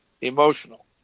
emotional